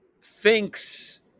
thinks